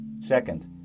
Second